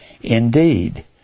indeed